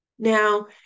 Now